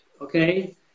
okay